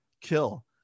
kill